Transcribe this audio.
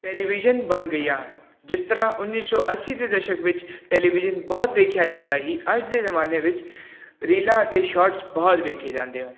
television ਬਣ ਗਈਆਂ ਜਿਸ ਤਰ੍ਹਾਂ ਉੱਨੀ ਸੋ ਅੱਸੀ ਦੇ ਦਸ਼ਕ ਵਿੱਚ ਟੈਲੀਵਿਜ਼ਨ ਬਹੁਤ ਵੇਖਿਆ ਜਾਂਦਾ ਸੀ ਅੱਜ ਦੇ ਜ਼ਮਾਨੇ ਵਿੱਚ ਰੀਲਾਂ ਅਤੇ ਸ਼ਾਰਟਸ ਬਹੁਤ ਵੇਖੇ ਜਾਂਦੇ ਹਨ